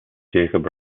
jacob